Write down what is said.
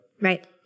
Right